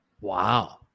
Wow